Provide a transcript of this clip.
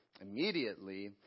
Immediately